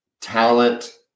talent